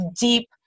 deep